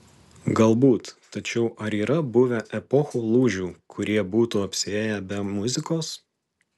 galbūt tačiau ar yra buvę epochų lūžių kurie būtų apsiėję be muzikos